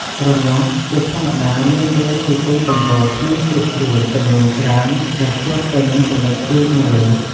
រនាស់ ជាធម្មតាមានរាងជាជើងទម្រធ្មេញស្រួចៗ ចំនួនច្រើន ដែលភ្ជាប់ទៅនឹងចំណុចទាញមួយ។